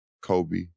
Kobe